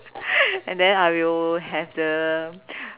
and then I will have the